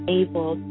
able